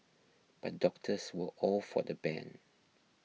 but doctors were all for the ban